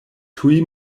tuj